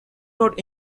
not